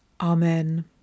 Amen